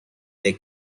they